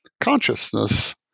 consciousness